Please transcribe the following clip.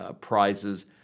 prizes